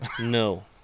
No